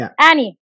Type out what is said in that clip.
Annie